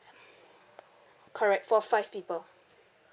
correct for five people